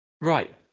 Right